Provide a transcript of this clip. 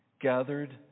gathered